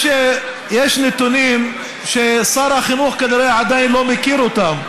יש נתונים ששר החינוך כנראה עדיין לא מכיר אותם,